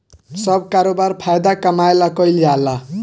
सब करोबार फायदा कमाए ला कईल जाल